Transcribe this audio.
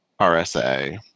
rsa